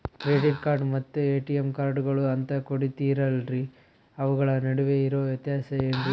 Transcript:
Credit card ಮತ್ತ ATM ಕಾರ್ಡುಗಳು ಅಂತಾ ಕೊಡುತ್ತಾರಲ್ರಿ ಅವುಗಳ ನಡುವೆ ಇರೋ ವ್ಯತ್ಯಾಸ ಏನ್ರಿ?